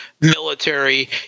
military